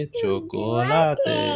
chocolate